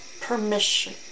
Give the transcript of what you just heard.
permission